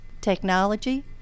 technology